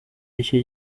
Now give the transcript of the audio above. icyo